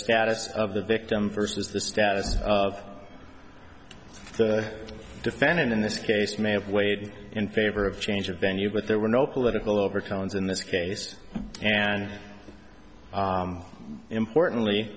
status of the victim first as the status of the defendant in this case may have weighed in favor of change of venue but there were no political overtones in this case and importantly